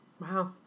Wow